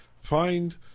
find